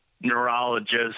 neurologist